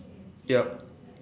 yup